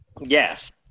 yes